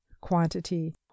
quantity